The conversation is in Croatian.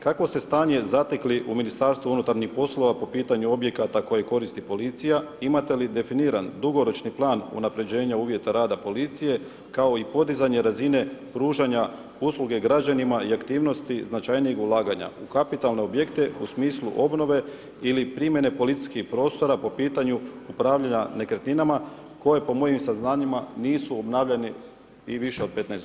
Kakvo ste stanje zatekli u Ministarstvu unutarnjih poslova, po pitanju objekata koje koristi policija, imate li definiran dugoročni plan unapređenje uvjeta rada policije, kao i podizanje razine pružanja usluge građanima i aktivnosti značajnijeg ulaganja u kapitalne objekte u smislu obnove ili primjene policijskih prostora po pitanju upravljanja nekretninama koje po mojim saznanjima nisu obnavljani i više od 15 g.